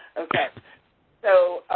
okay so,